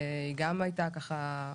היא גם הייתה ככה,